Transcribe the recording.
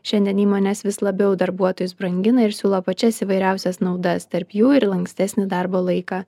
šiandien įmonės vis labiau darbuotojus brangina ir siūlo pačias įvairiausias naudas tarp jų ir lankstesnį darbo laiką